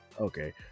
Okay